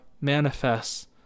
manifests